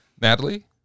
Natalie